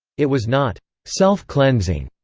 it was not self-cleansing.